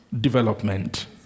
development